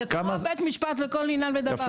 זה כמו בית משפט לכל עניין ודבר.